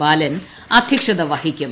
ബാലൻ അധ്യക്ഷത വഹിക്കും